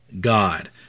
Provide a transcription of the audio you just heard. God